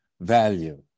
value